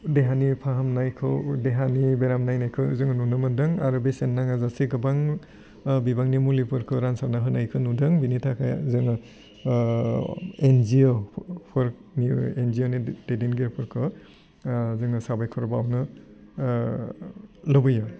देहानि फाहामनायखौ देहानि बेराम नायनायखौ जोङो नुनो मोनदों आरो बेसेन नाङा जासे गोबां ओह बिबांनि मुलिफोरखौ रानसारना होनायखौ नुदों बेनि थाखाय जोङो एनजिअ'फोरनि एनजिअ'नि दैदेनगिरिफोरखौ जोङो साबायखर बाउनो लुबैयो